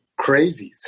crazies